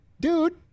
dude